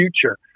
future